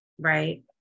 Right